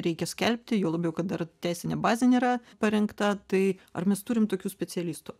reikia skelbti juo labiau kad ar teisinė bazė nėra parengta tai ar mes turim tokių specialistų